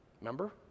Remember